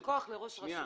זה עוד כוח לראש רשות.